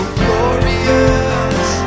glorious